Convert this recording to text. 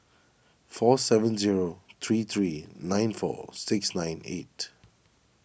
four seven zero three three nine four six nine eight